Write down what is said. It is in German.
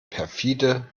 perfide